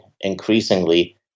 increasingly